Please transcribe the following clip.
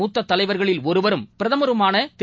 மூத்ததலைவர்களில் ஒருவரும் பிரதமருமானதிரு